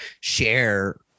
Share